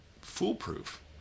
foolproof